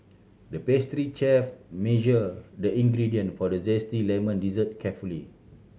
the pastry chef measured the ingredient for the zesty lemon dessert carefully